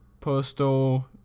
Postal